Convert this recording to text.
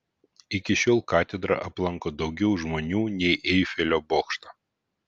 iki šiol katedrą aplanko daugiau žmonių nei eifelio bokštą